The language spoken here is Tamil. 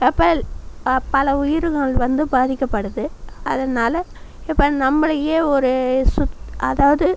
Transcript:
ஹப்பல் பல உயிர்கள் வந்து பாதிக்கப்படுது அதனால் இப்போ நம்மளுக்கே ஒரு சுத் அதாவது